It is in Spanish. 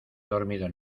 dormido